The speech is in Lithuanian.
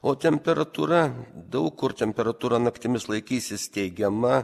o temperatūra daug kur temperatūra naktimis laikysis teigiama